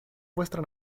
vuestra